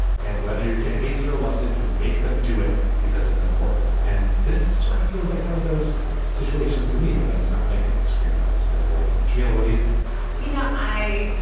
and whether your kid hates it or loves it you make them do it because it's important. and this sort of feels like one of those situations to me but then it's not my kid screaming on the side of the road. jamila what do you think you know i.